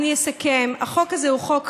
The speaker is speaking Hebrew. אני אסכם, החוק הזה הוא חוק רע.